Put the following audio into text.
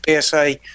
PSA